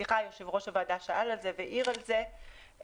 יושב-ראש הוועדה שאל על זה והעיר על זה --- אנחנו,